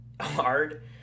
hard